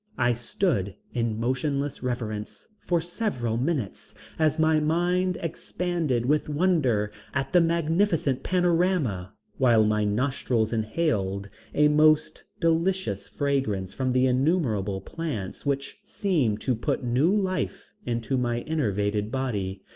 i stood in motionless reverence for several minutes as my mind expanded with wonder at the magnificent panorama, while my nostrils inhaled a most delicious fragrance from the innumerable plants which seemed to put new life into my enervated body.